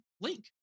link